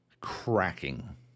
cracking